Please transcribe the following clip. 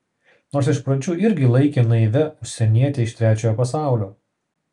nors iš pradžių irgi laikė naivia užsieniete iš trečiojo pasaulio